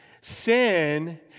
Sin